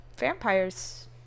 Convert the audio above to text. vampires